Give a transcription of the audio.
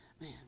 Man